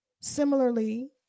similarly